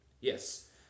Yes